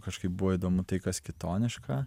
kažkaip buvo įdomu tai kas kitoniška